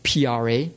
PRA